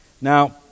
Now